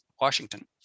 Washington